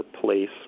place